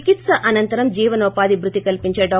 చికిత్స అనంతరం జీవనోపాధి భృతి కల్సించే డా